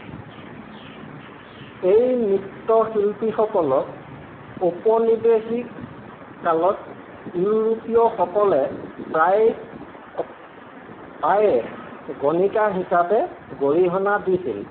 এই নৃত্যশিল্পীসকলক ঔপনিৱেশিক কালত ইউৰোপীয়সকলে প্ৰায় প্ৰায়ে গণিকা হিচাপে গৰিহণা দিছিল